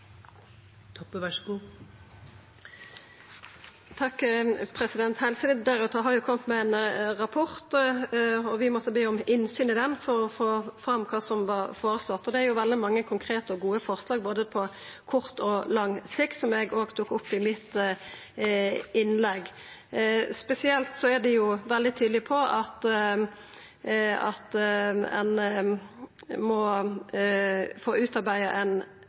vi måtte be om innsyn i han for å få fram kva som var føreslått, og det er jo veldig mange konkrete og gode forslag på både kort og lang sikt, som eg òg tok opp i innlegget mitt.